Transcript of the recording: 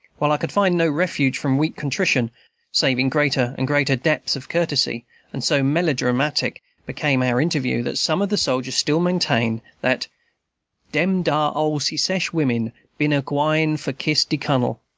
while i could find no refuge from weak contrition save in greater and greater depths of courtesy and so melodramatic became our interview that some of the soldiers still maintain that dem dar ole secesh women been a-gwine for kiss de cunnel,